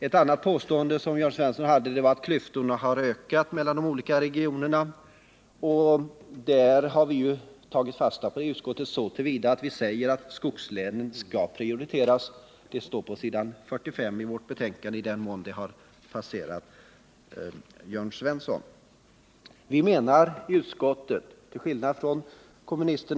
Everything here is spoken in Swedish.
Ett annat påstående av Jörn Svensson var att klyftorna mellan de olika regionerna har ökat. Utskottet har tagit fasta på det genom att säga att skogslänen skall prioriteras. För den händelse det har passerat Jörn Svensson kan jag tala om att det står på s. 45 i vårt betänkande.